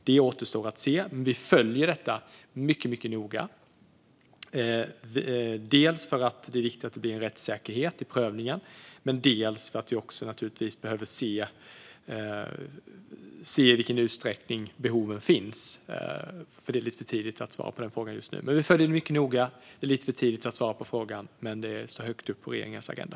Det återstår att se, men vi följer detta mycket, mycket noga, dels för att det är viktigt att det blir en rättssäkerhet i prövningen, dels för att vi naturligtvis behöver se i vilken utsträckning behoven finns. Det här står högt upp på regeringens agenda, och vi följer det mycket noga.